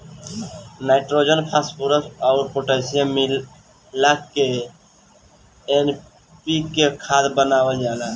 nitrogen, phosphorus अउर potassium मिला के एन.पी.के खाद बनावल जाला